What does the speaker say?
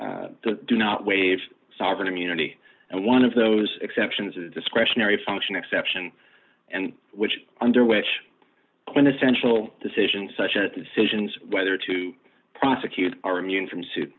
do not waive sovereign immunity and one of those exceptions is a discretionary function exception and which under which quintessential decision such a decision whether to prosecute are immune from suit